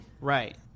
Right